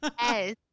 Yes